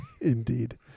Indeed